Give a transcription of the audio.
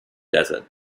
desert